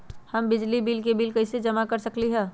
हम बिजली के बिल कईसे जमा कर सकली ह?